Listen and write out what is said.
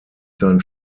sein